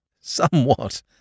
Somewhat